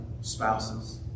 spouses